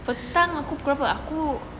petang aku pukul berapa aku